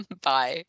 bye